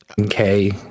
Okay